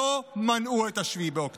אלה לא מנעו את 7 באוקטובר.